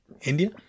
India